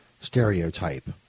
stereotype